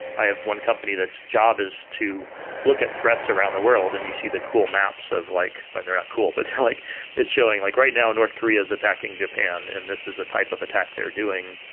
i have one company that's job is to look at threats around the world and you see the cool maps of like like they're not cool, but like it's showing, like right now north korea is attacking japan and this is a type of attack they're doing.